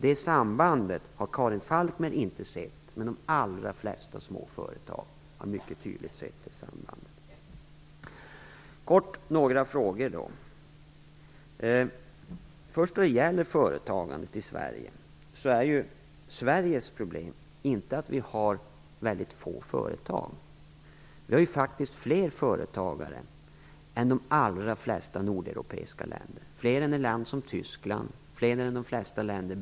Det sambandet har Karin Falkmer inte sett, men det har de allra flesta små företag har mycket tydligt gjort. Så kort över till några frågor. Då det först gäller företagandet i Sverige är problemet inte att vi har väldigt få företag. Vi har faktiskt fler företagare än de allra flesta nordeuropeiska länder - fler än i länder som Tyskland och Beneluxländerna.